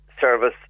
service